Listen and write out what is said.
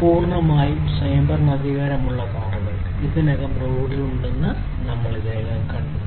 പൂർണ്ണമായും സ്വയംഭരണാധികാരമുള്ള കാറുകൾ ഇതിനകം റോഡുകളിലുണ്ടെന്ന് നമ്മൾ ഇതിനകം കണ്ടു